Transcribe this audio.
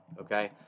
Okay